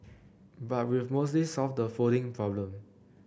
but we've mostly solved the folding problem